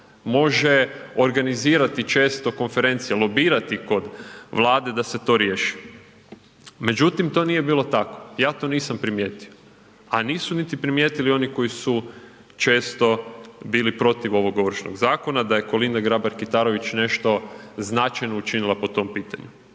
može organizirati često konferencije, lobirati kod Vlade da se to riješi. Međutim, to nije bilo tako, ja to nisam primijetio. A nisu niti primijetili oni koji su često bili protiv ovog Ovršnog zakona, da je Kolinda Grabar Kitarović nešto značajno učinila po tom pitanju.